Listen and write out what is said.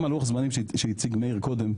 גם לוח הזמנים שהציג מאיר קודם,